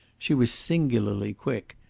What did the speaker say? she was singularly quick,